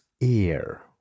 ear